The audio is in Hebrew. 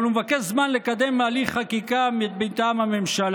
אבל הוא מבקש זמן לקדם הליך חקיקה מטעם הממשלה.